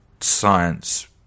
science